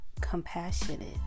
compassionate